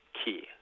key